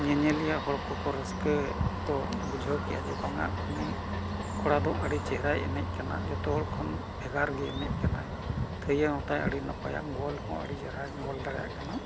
ᱧᱮᱧᱮᱞᱤᱭᱟᱹ ᱦᱚᱲ ᱠᱚᱠᱚ ᱨᱟᱹᱥᱠᱟᱹ ᱠᱚ ᱵᱩᱡᱷᱟᱹᱣ ᱠᱮᱫᱼᱟ ᱡᱮ ᱵᱟᱝᱟ ᱩᱱᱤ ᱠᱚᱲᱟ ᱫᱚ ᱟᱹᱰᱤ ᱪᱮᱦᱨᱟᱭ ᱮᱱᱮᱡ ᱠᱟᱱᱟ ᱡᱚᱛᱚ ᱦᱚᱲ ᱠᱷᱚᱱ ᱵᱷᱮᱜᱟᱨ ᱜᱮ ᱮᱱᱮᱡ ᱠᱟᱱᱟᱭ ᱛᱷᱟᱹᱭᱟᱹ ᱦᱚᱸ ᱛᱟᱭ ᱟᱹᱰᱤ ᱱᱟᱯᱟᱭᱟ ᱜᱳᱞ ᱦᱚᱸ ᱟᱹᱰᱤ ᱪᱮᱦᱨᱟ ᱜᱳᱞ ᱫᱟᱲᱮᱭᱟᱜ ᱠᱟᱱᱟ